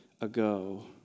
ago